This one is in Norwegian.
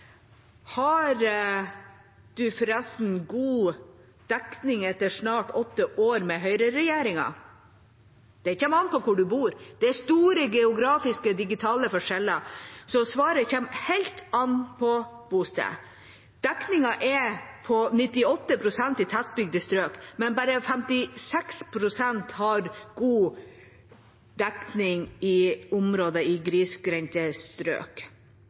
Har man forresten god dekning etter snart åtte år med høyreregjering? Det kommer an på hvor man bor. Geografisk er det store digitale forskjeller, så svaret kommer helt an på bosted. Dekningen er på 98 pst. i tettbygde strøk, men bare 56 pst. har god dekning i